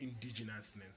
indigenousness